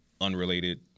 unrelated